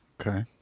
Okay